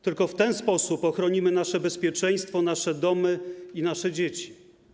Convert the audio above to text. Tylko w ten sposób ochronimy nasze bezpieczeństwo, nasze domy i nasze dzieci.